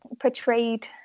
portrayed